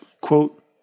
Quote